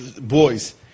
boys